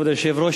כבוד היושב-ראש,